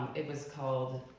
it was called,